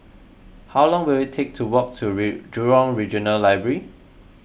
how long will it take to walk to Jurong Regional Library